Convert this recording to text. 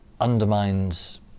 undermines